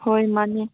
ꯍꯣꯏ ꯃꯥꯅꯦ